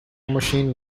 machine